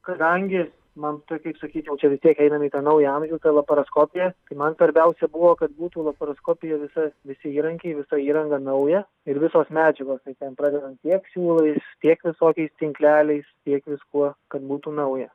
kadangi man tai kaip sakyčiau čia tiek einam į tą naują amžių tai laparoskopija i man svarbiausia buvo kad būtų laparoskopija visa visi įrankiai visa įranga nauja ir visos medžiagos tai ten pradedant tiek siūlais tiek visokiais tinkleliais tiek viskuo kad būtų nauja